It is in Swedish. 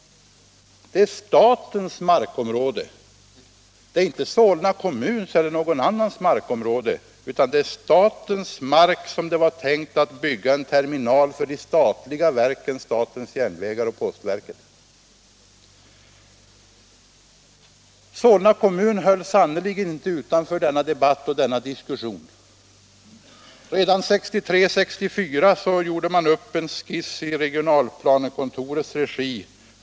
Det är inte Solna kommuns eller någon annans markområde, utan det är statens mark som det var tänkt att bygga en terminal på för de statliga verken statens järnvägar och postverket. Solna kommun hölls sannerligen inte utanför denna debatt och diskussion. Redan 1963-1964 gjorde man upp en skiss i regionalplanekontorets regi.